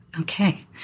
Okay